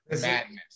madness